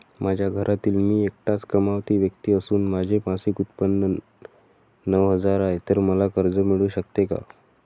माझ्या घरातील मी एकटाच कमावती व्यक्ती असून माझे मासिक उत्त्पन्न नऊ हजार आहे, तर मला कर्ज मिळू शकते का?